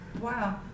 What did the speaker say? Wow